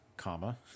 comma